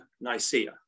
Nicaea